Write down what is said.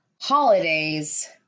holidays